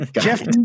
jeff